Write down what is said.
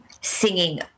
singing